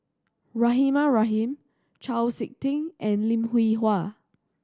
Rahimah Rahim Chau Sik Ting and Lim Hwee Hua